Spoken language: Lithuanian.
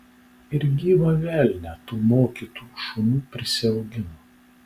ir gyvą velnią tų mokytų šunų prisiaugino